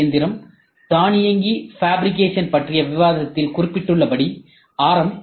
C இயந்திரம் தானியங்கி fabrication பற்றிய விவாதத்தில் குறிப்பிட்டுள்ளபடி ஆர்